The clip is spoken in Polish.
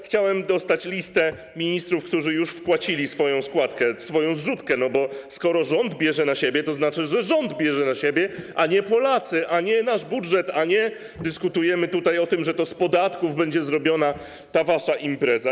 Chciałbym dostać listę ministrów, którzy już wpłacili swoją składkę, swoją zrzutkę, bo skoro rząd bierze na siebie, to znaczy, że rząd bierze na siebie, a nie Polacy, a nie nasz budżet, nie dyskutujmy tutaj o tym, że to z podatków będzie zrobiona ta wasza impreza.